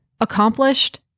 accomplished